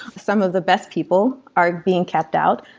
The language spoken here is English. some of the best people are being kept out.